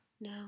No